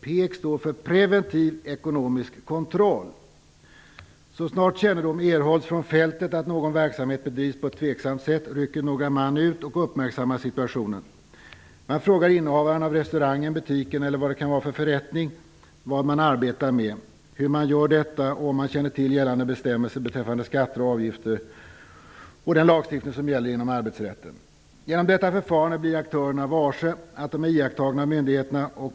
PEK står för preventiv ekonomisk kontroll. Så snart kännedom erhålls från fältet om att någon verksamhet bedrivs på ett tveksamt sätt, rycker några man ut och uppmärksammar situationen. De frågar innehavaren av restaurangen, butiken eller vad det kan vara för förrättning, vad man arbetar med, hur man gör detta och om man känner till gällande bestämmelser beträffande skatter och avgifter och lagstiftning inom arbetsrätten. Genom detta förfarande blir aktörerna varse att de är iakttagna av myndigheterna.